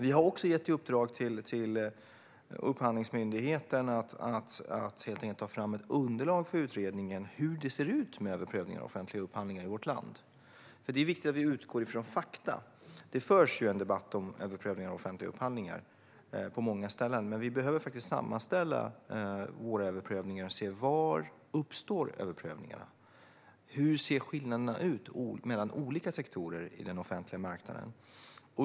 Vi har också gett i uppdrag till Upphandlingsmyndigheten att ta fram ett underlag för utredningen. Hur ser det ut med överprövningar i offentliga upphandlingar i vårt land? Det är ju viktigt att vi utgår från fakta. Det förs en debatt om överprövningar i offentliga upphandlingar på många ställen, men vi behöver sammanställa överprövningarna och se var de uppstår och vilka skillnaderna är mellan olika sektorer på den offentliga marknaden.